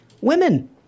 Women